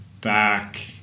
back